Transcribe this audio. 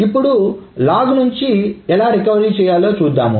ఇప్పుడు లాగ్ నుంచి ఎలా రికవరీ చేయాలో చూద్దాం